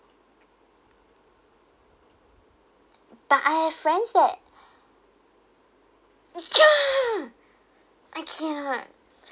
but I have friends that ya I cannot